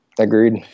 Agreed